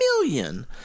million